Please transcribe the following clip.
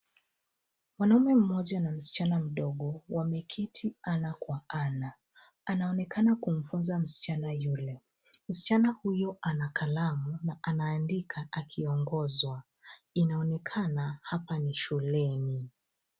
Mwanaume mmoja na msichana mdogo, wameketi ana kwa ana. Anaonekana kumfunza msichana yule. Msichana huyo ana kalamu na anaandika akiongozwa. Inaonekana hapa ni shuleni.